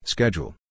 Schedule